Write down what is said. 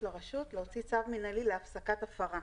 לרשות להוציא צו מינהלי להפסקת הפרה.